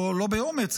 או לא באומץ,